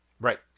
right